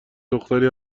دختری